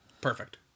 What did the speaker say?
Perfect